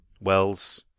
Wells